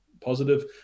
positive